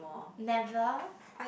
never